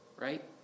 Right